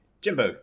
Jimbo